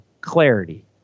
clarity